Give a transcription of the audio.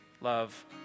love